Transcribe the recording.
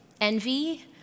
Envy